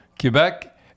Quebec